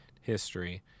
history